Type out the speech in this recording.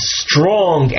strong